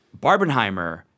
Barbenheimer